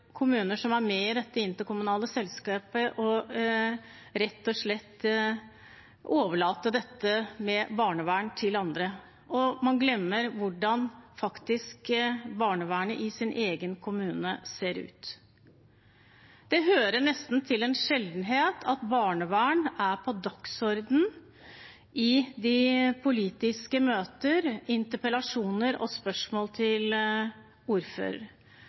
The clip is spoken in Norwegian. kommuner som er med i dette interkommunale selskapet, rett og slett å overlate dette med barnevern til andre, og man glemmer hvordan barnevernet i ens egen kommune faktisk ser ut. Det hører nesten til sjeldenhetene at barnevern er på dagsordenen i politiske møter, interpellasjoner og spørsmål til